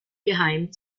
geheim